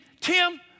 Tim